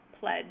pledge